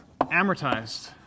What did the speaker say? amortized